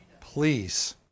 Please